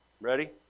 ready